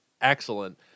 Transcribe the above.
excellent